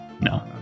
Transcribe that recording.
no